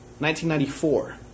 1994